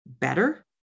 better